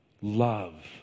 love